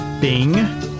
Bing